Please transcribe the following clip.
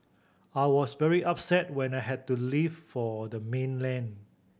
I was very upset when I had to leave for the mainland